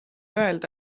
öelda